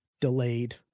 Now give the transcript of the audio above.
delayed